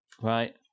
Right